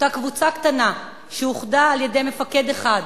אותה קבוצה קטנה שאוחדה על-ידי מפקד אחד,